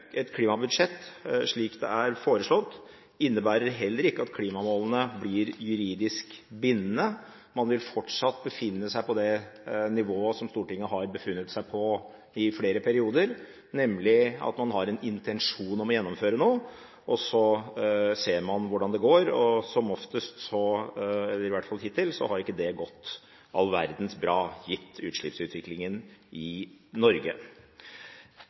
Et klimabudsjett slik det er foreslått, innebærer heller ikke at klimamålene blir juridisk bindende. Man vil fortsatt befinne seg på det nivået som Stortinget har befunnet seg på i flere perioder, nemlig at man har en intensjon om å gjennomføre noe, så ser man hvordan det går, og som oftest – i hvert fall hittil – har ikke det gått all verdens bra, gitt utslippsutviklingen i Norge.